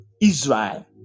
israel